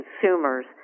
consumers